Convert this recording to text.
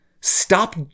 Stop